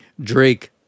Drake